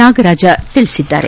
ನಾಗರಾಜ ತಿಳಿಸಿದ್ದಾರೆ